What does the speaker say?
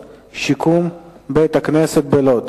יותר מ-100 מיליון שקלים עבור המשטרה.